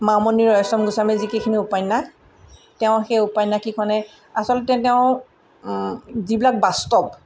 মামণি ৰয়চম গোস্বামী যিকেইখিনি উপন্যাস তেওঁ সেই উপন্যাসকেইখনে আচলতে তেওঁ যিবিলাক বাস্তৱ